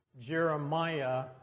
Jeremiah